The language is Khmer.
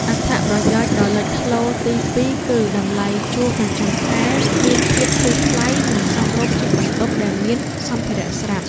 អត្ថប្រយោជន៍ដ៏លេចធ្លោទីពីរគឺតម្លៃជួលប្រចាំខែមានភាពធូរថ្លៃនិងសមរម្យជាងបន្ទប់ដែលមានសម្ភារៈស្រាប់។